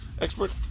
expert